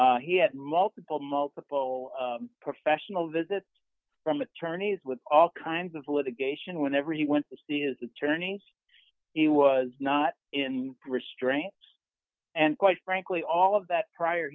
deprivation he had multiple multiple professional visits from attorneys with all kinds of litigation whenever he went to see is attorney he was not in restraints and quite frankly all of that prior